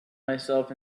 myself